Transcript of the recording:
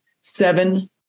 seven